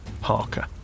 parker